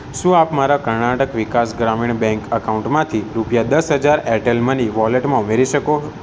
શું આપ મારા કર્ણાટક વિકાસ ગ્રામીણ બેંક અકાઉન્ટમાંથી રૂપિયા દસ હજાર એરટેલ મની વોલેટમાં ઉમેરી શકો